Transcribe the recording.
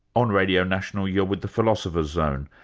on radio national you're with the philosopher's zone.